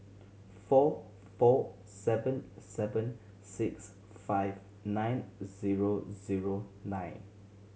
four four seven seven six five nine zero zero nine